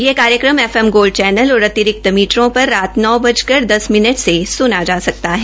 यह कार्यक्रम F M Gold channel और अतिरिक्त मीटरों पर रात नौ बज कर दस मिनट से सुना जा सकता है